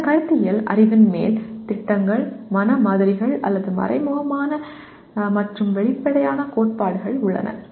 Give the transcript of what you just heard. அந்த கருத்தியல் அறிவின் மேல் திட்டங்கள் மன மாதிரிகள் அல்லது மறைமுகமான மற்றும் வெளிப்படையான கோட்பாடுகள் உள்ளன